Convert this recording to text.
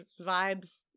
vibes